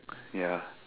ya